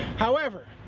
however,